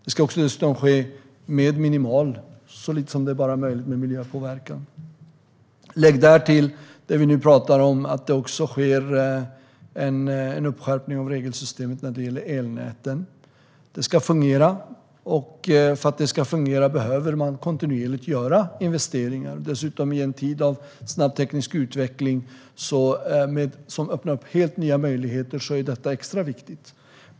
Detta ska också ske med - så långt det är möjligt - minimal miljöpåverkan. Lägg därtill att det också ska ske en skärpning av regelsystemet för elnäten. De ska fungera, och för att de ska göra det behöver man kontinuerligt göra investeringar. Detta är extra viktigt i en tid av snabb teknisk utveckling som öppnar helt nya möjligheter.